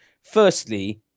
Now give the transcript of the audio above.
firstly